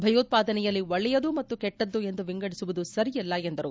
ಭಯೋತ್ಪಾದನೆಯಲ್ಲಿ ಒಳ್ಳೆಯದು ಮತ್ತು ಕೆಟ್ಟದ್ದು ಎಂದು ವಿಂಗಡಿಸುವುದು ಸರಿಯಲ್ಲ ಎಂದರು